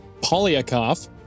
Polyakov